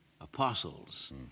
Apostles